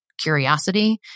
curiosity